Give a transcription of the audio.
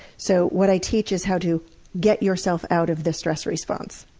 so what i teach is how to get yourself out of the stress response.